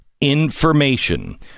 information